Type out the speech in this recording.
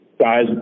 guys